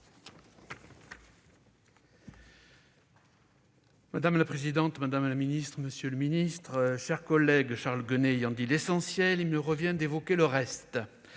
Madame la présidente, madame la ministre, monsieur le secrétaire d'État, mes chers collègues, Charles Guené ayant dit l'essentiel, il me revient d'évoquer le reste